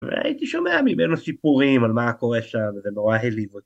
והייתי שומע ממנו סיפורים על מה קורה שם, וזה נורא הלהיב אותי.